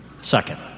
Second